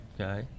okay